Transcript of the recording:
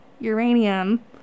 uranium